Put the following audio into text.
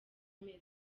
amezi